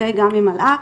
גם עם מלאח,